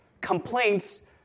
Complaints